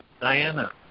Diana